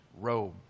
robe